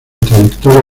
trayectoria